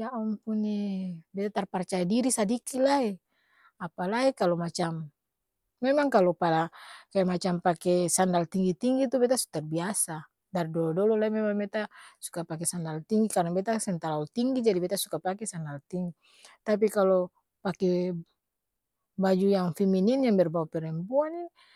ya ampuuun ee be tar parcaya diri sadiki lae, apalae kalo macam, memang kalo pada kaya macam pakee sandal tinggi-tinggi tu beta su terbiasa, dar dolo-dolo lai memang beta, suka pake sandal tinggi karna beta seng talalu tinggi jadi beta suka pake sandal tinggi, tapi kalo, pake baju yang feminim yang berbau perempuan ini.